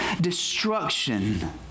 destruction